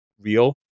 real